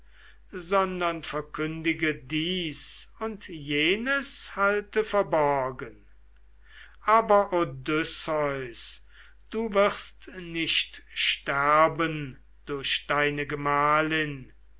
sondern verkündige dies und jenes halte verborgen aber odysseus du wirst nicht sterben durch deine gemahlin